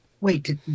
wait